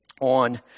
on